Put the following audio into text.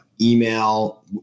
email